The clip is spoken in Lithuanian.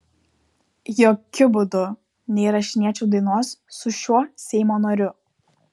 jokiu būdu neįrašinėčiau dainos su šiuo seimo nariu